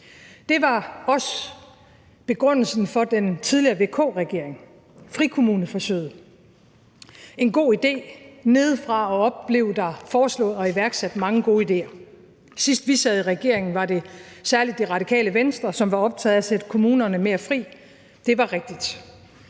Det var også begrundelsen for den tidligere VK-regering for frikommuneforsøget – det var en god idé. Nedefra og op blev der foreslået og iværksat mange gode idéer. Sidst vi sad i regering, var det særlig Det Radikale Venstre, som var optaget af at sætte kommunerne mere fri. Det var rigtigt.